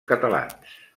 catalans